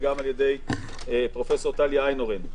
וגם על-ידי פרופ' טלי איינהורן.